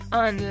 on